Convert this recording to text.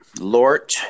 Lord